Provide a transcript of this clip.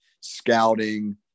scouting